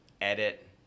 edit